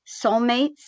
soulmates